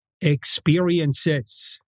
experiences